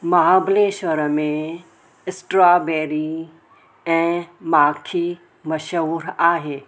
महाब्लेश्वर में स्ट्रॉबेरी ऐं माखी मशहूरु आहे